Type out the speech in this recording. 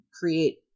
create